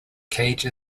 cage